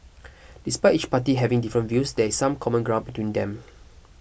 despite each party having different views there some common ground between them